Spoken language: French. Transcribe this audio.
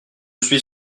suis